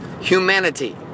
humanity